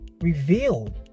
revealed